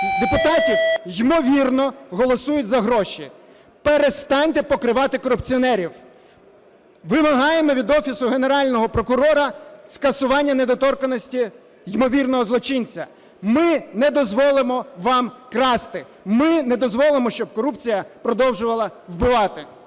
депутатів ймовірно голосують за гроші. Перестаньте покривати корупціонерів! Вимагаємо від Офісу Генерального прокурора скасування недоторканності ймовірного злочинця. Ми не дозволимо вам красти! Ми не дозволимо, щоб корупція продовжувала вбивати!